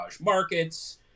markets